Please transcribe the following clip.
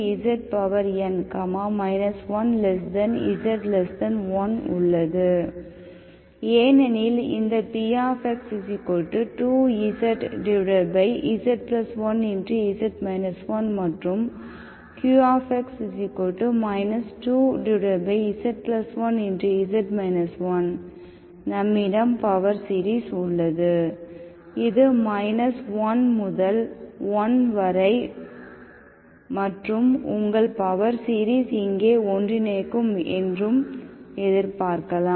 ஏனெனில் இந்த px2zz1z 1 மற்றும் qx 2z1z 1 நம்மிடம் பவர்சீரிஸ் உள்ளது இது 1 முதல் 1 வரை மற்றும் உங்கள் பவர் சீரிஸ் இங்கே ஒன்றிணைக்கும் என்று எதிர்பார்க்கலாம்